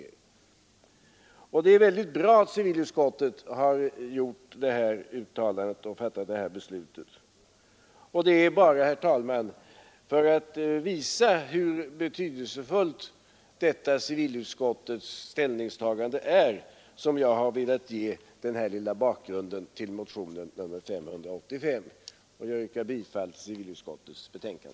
Det är väldigt bra att civilutskottet har gjort det uttalandet och intagit den ståndpunkten, och det är bara, herr talman, för att visa hur betydelsefullt detta civilutskottets ställningstagande är som jag i korthet har velat ge bakgrunden till motionen 585. Herr talman! Jag yrkar bifall till utskottets hemställan.